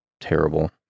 terrible